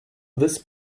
this